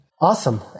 Awesome